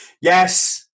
Yes